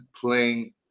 playing